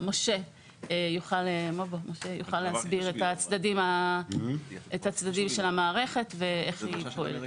משה יוכל להסביר את הצדדים של המערכת ואיך היא פועלת.